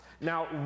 Now